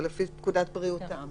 זה לפי פקודת בריאות העם.